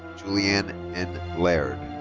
julianne n. laird.